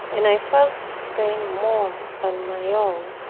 and i felt his pain more than my own.